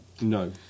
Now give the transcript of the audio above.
No